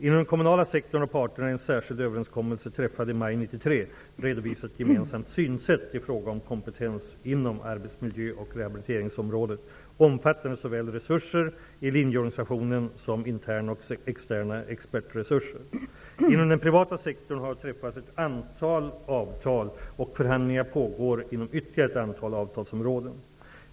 Inom den kommunala sektorn har parterna i en särskild överenskommelse, träffad i maj 1993, redovisat ett gemensamt synsätt i fråga om kompetens inom arbetsmiljöoch rehabiliteringsområdet omfattande såväl resurser i linjeorganisation som interna och externa expertresurser. Inom den privata sektorn har träffats ett antal avtal och förhandlingar pågår inom ytterligare ett antal avtalsområden.